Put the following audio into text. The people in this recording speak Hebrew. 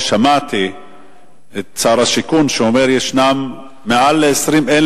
ששמעתי את שר השיכון שאומר שישנן מעל 20,000